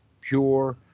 pure